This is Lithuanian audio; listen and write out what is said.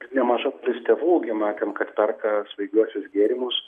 kad nemaža dalis tėvų gi matėm kad perka svaigiuosius gėrimus